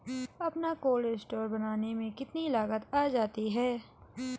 अपना cold store बनाने में कितनी लागत आ जाती है?